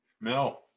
No